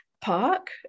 park